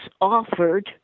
offered